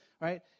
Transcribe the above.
right